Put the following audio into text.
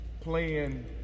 Playing